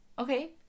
Okay